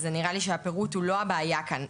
אז נראה לי שהפירוט הוא לא הבעיה כאן.